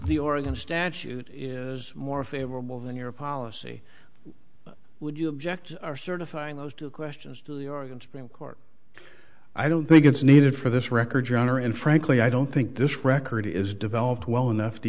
the oregon statute is more favorable than your policy would you object or certifying those two questions to the oregon supreme court i don't think it's needed for this record your honor and frankly i don't think this record is developed well enough to